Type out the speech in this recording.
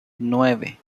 nueve